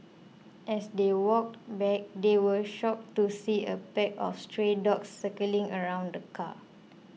as they walked back they were shocked to see a pack of stray dogs circling around the car